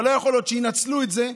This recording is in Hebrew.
אבל לא יכול להיות שינצלו את זה.